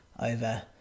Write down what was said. over